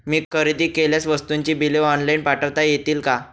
मी खरेदी केलेल्या वस्तूंची बिले ऑनलाइन पाठवता येतील का?